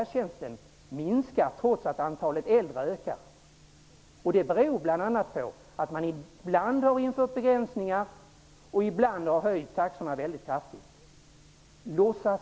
Det beror bl.a. på att man ibland har infört begränsningar och ibland höjt taxorna mycket kraftigt.